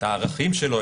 את הערכים שלו,